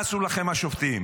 מה עשו לכם השופטים?